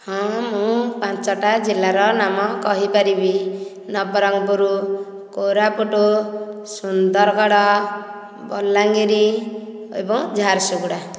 ହଁ ମୁଁ ପାଞ୍ଚଟା ଜିଲ୍ଲାର ନାମ କହିପାରିବି ନବରଙ୍ଗପୁର କୋରାପୁଟ ସୁନ୍ଦରଗଡ଼ ବଲାଙ୍ଗୀର ଏବଂ ଝାରସୁଗୁଡ଼ା